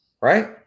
right